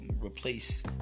replace